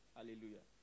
Hallelujah